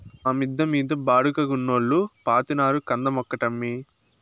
మా మిద్ద మీద బాడుగకున్నోల్లు పాతినారు కంద మొక్కటమ్మీ